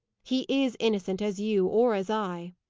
he is innocent as you, or as i.